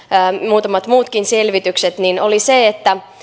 muutamat muutkin selvitykset oli se että